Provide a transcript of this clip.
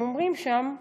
הם אומרים שם,